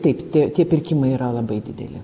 taip tie tie pirkimai yra labai dideli